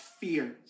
fears